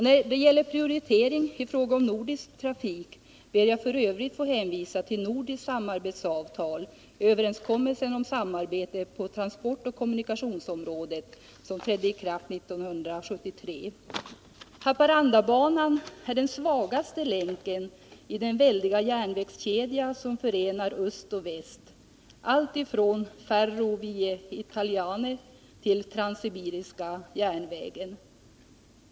När det gäller prioritering i fråga om nordisk trafik ber jag f. ö. att få hänvisa till nordiskt samarbetsavtal, överenskommelsen om samarbete på transportoch kommunikationsområdet, som trädde i kraft 1973. Haparandabanan är den svagaste länken i den väldiga järnvägskedja som förenar öst och väst, alltifrån Ferrovie Italiane till transsibiriska järnvägen.